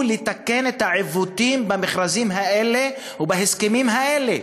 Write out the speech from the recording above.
לתקן את העיוותים במכרזים האלה ובהסכמים האלה.